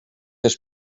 els